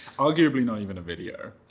i'll give you not even a video.